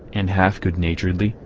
and half good-naturedly,